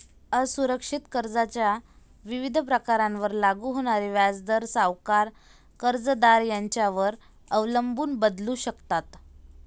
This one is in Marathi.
असुरक्षित कर्जाच्या विविध प्रकारांवर लागू होणारे व्याजदर सावकार, कर्जदार यांच्यावर अवलंबून बदलू शकतात